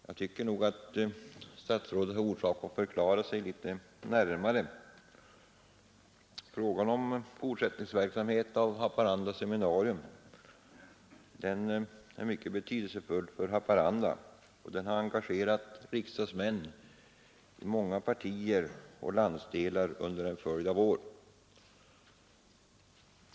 Jag tycker att statsrådet har anledning att förklara sig litet närmare. Frågan om fortsatt verksamhet i Haparanda seminarium är mycket betydelsefull för Haparanda, och den har engagerat riksdagsmän i många partier och landsdelar under en följd av år.